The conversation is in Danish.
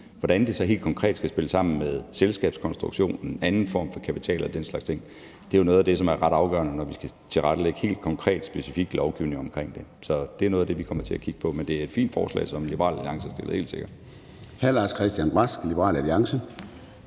Hvordan det så helt konkret skal spille sammen med selskabskonstruktionen, andre former for kapital og den slags ting, er jo noget af det, som er ret afgørende, når vi skal tilrettelægge helt konkret og specifik lovgivning om det. Så det er noget af det, vi kommer til at kigge på. Men det er et fint forslag, som Liberal Alliance har fremsat, helt sikkert.